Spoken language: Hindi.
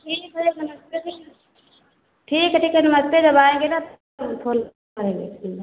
ठीक नमस्ते भैया ठीक है ठीक है नमस्ते जब आएंगे न तब काल करेंगे